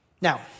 Now